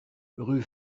rue